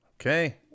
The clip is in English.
Okay